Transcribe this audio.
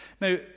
Now